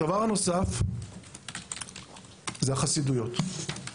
דבר נוסף זה החסידויות.